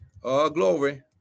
glory